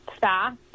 fast